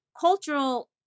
cultural